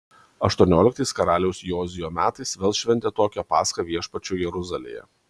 aštuonioliktais karaliaus jozijo metais vėl šventė tokią paschą viešpačiui jeruzalėje